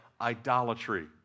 Idolatry